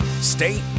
State